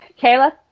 Kayla